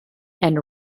and